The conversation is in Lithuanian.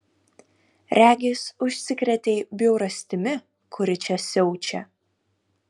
regis užsikrėtei bjaurastimi kuri čia siaučia